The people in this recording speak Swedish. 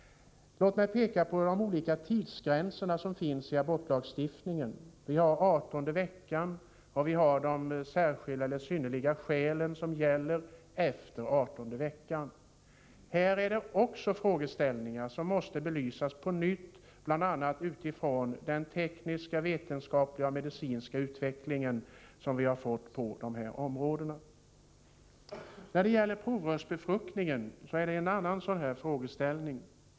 Låt mig peka på de olika tidsgränser som finns i abortlagstiftningen. Man har den 18:e veckan och de synnerliga skäl som gäller efter den 18:e veckan. Härvidlag finns det också frågeställningar som måste belysas på nytt, bl.a. utifrån den tekniska, vetenskapliga och medicinska utvecklingen på dessa områden. När det gäller provrörsbefruktningen finns en annan frågeställning.